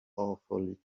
awfully